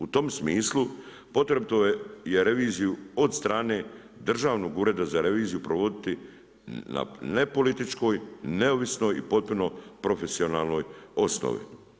U tom smislu potrebito je reviziju od strane Državnog ureda za reviziju provoditi na nepolitičkoj, neovisnoj i potpuno profesionalnoj osnovi.